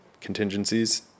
contingencies